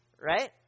Right